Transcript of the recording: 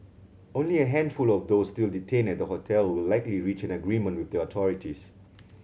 only a handful of those still detained at the hotel will likely reach an agreement with authorities